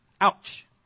ouch